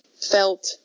felt